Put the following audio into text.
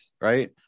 right